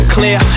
Clear